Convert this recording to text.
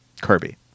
Kirby